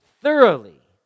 thoroughly